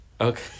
Okay